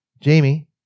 Jamie